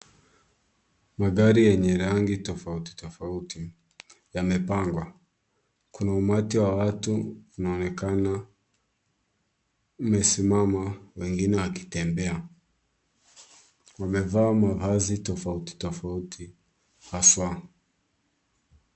Magari yenye rangi tofauti tofauti yamepangwa. Kuna umati wa watu unaonekana umesimama, wengine wakitembea. Wamevaa mavazi tofauti tofauti haswa.